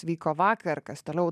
vyko vakar kas toliau